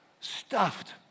stuffed